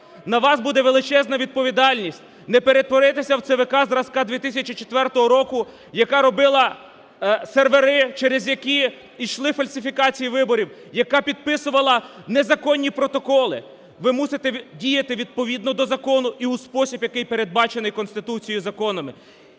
На вас буде величезна відповідальність, не перетворитися в ЦВК зразка 2004 року, яка робила сервери, через які йшли фальсифікації виборів, яка підписувала незаконні протоколи. В и мусите діяти відповідно до закону і в спосіб, який передбачений Конституцією і законами.